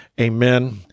Amen